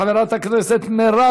חברת הכנסת מיכל בירן,